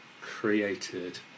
created